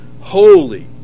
holy